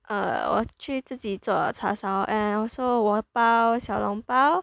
err 我去自己做叉烧 and also 我包小笼包